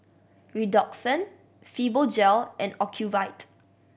Redoxon Fibogel and Ocuvite